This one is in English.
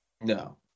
No